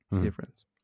Difference